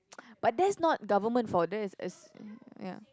but that's not government fault that is is ya